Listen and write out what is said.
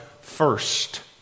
first